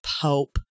Pope